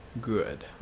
good